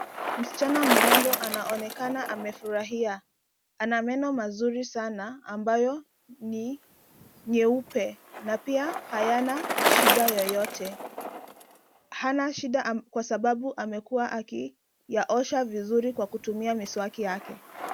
Msichana mrembo anaonekana amefurahia. Ana meno mazuri sana ambayo ni nyeupe na pia hayana shida yoyote. Hana shida kwa sababu amekuwa akiyaosha vizuri kwa kutumia miswaki yake.